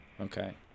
okay